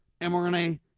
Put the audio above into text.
mRNA